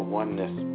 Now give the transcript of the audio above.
oneness